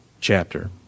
chapter